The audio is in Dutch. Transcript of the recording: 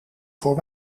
voor